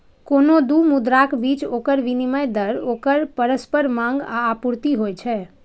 कोनो दू मुद्राक बीच ओकर विनिमय दर ओकर परस्पर मांग आ आपूर्ति होइ छै